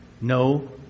no